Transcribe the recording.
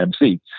MC